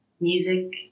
music